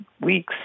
weeks